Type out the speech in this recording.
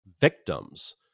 victims